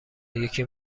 یکی